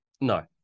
No